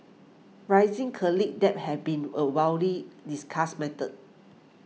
rising college debt has been a widely discussed matter